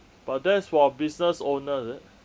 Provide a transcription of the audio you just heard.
but that's for business owner is it